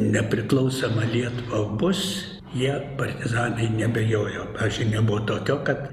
nepriklausoma lietuva bus jie partizanai neabejojo pavyzdžiui nebuvo tokio kad